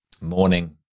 morning